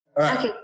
Okay